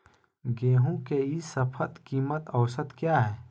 गेंहू के ई शपथ कीमत औसत क्या है?